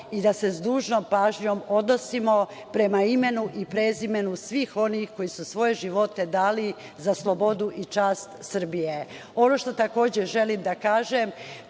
i da se s dužnom pažnjom odnosimo prema imenu i prezimenu svih onih koji su svoje živote dali za slobodu i čast Srbije. Ono što takođe želim da kažem